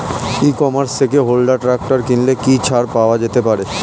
ই commerce থেকে Honda tractor কিনলে কি ছাড় পাওয়া যেতে পারে?